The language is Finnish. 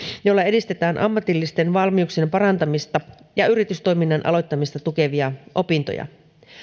jolla edistetään ammatillisten valmiuksien parantamista ja yritystoiminnan aloittamista tukevia opintoja